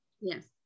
yes